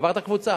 עברת קבוצה,